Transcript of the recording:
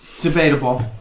Debatable